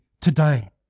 today